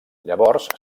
llavors